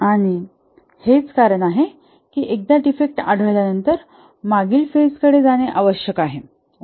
आणि हेच कारण आहे की एकदा डिफेक्ट आढळल्या नंतर मागील फेज कडे जाणे आवश्यक आहे